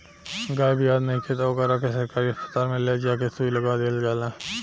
गाय बियात नइखे त ओकरा के सरकारी अस्पताल में ले जा के सुई लगवा दीहल जाला